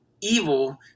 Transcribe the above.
evil